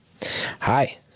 Hi